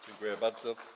Dziękuję bardzo.